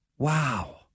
Wow